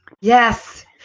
Yes